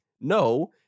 No